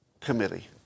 Committee